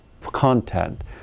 content